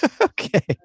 Okay